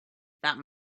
that